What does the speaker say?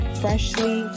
freshly